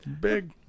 Big